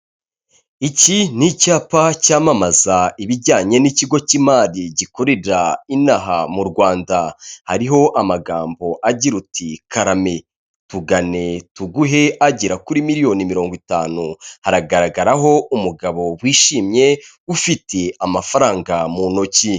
Iki ni icyapa cyamamaza ibijyanye n'ikigo cy'imari gikorera inaha mu rwanda; hariho amagambo agira uti karame, tugane, tuguhe agera kuri miliyoni mirongo itanu; haragaragaraho umugabo wishimye ufite amafaranga mu ntoki.